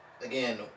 again